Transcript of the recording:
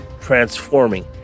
transforming